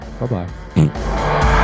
Bye-bye